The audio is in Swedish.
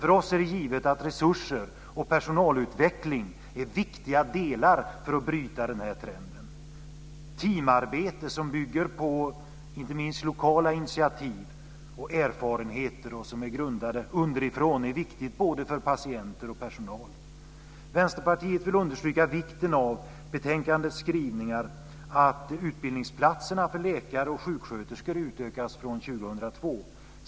För oss är det dock givet att resurser och personalutveckling är viktiga delar för att bryta denna trend. Teamarbete som bygger på inte minst lokala initiativ och erfarenheter som är grundade underifrån är viktigt både för patienter och för personal. Vänsterpartiet vill understryka vikten av betänkandets skrivningar att utbildningsplatserna för läkare och sjuksköterskor utökas från 2002.